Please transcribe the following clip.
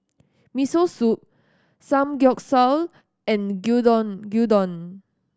Miso Soup Samgeyopsal and Gyudon Gyudon